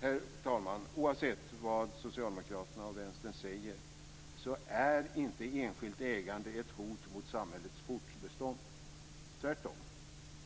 Herr talman! Oavsett vad Socialdemokraterna och Vänstern säger är inte enskilt ägande ett hot mot samhällets fortbestånd - tvärtom.